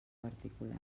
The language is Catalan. particular